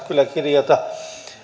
kyllä kirjata